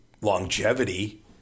longevity